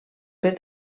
per